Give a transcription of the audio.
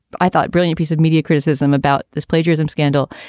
i thought, brilliant piece of media criticism about this plagiarism scandal,